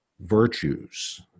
virtues